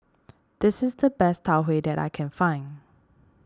this is the best Tau Huay that I can find